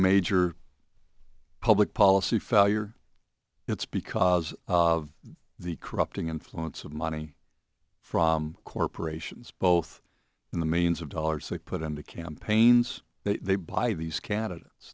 major public policy failure it's because of the corrupting influence of money from corporations both in the means of dollars they put into campaigns they buy these candidates